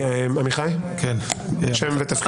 עמיחי, בבקשה.